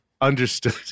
understood